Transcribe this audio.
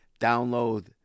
download